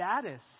status